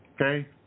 Okay